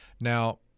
Now